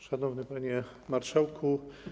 Szanowny Panie Marszałku!